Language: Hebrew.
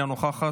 אינה נוכחת,